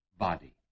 body